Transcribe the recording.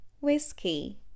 whiskey